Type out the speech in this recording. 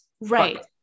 right